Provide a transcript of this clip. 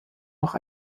noch